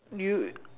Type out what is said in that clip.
you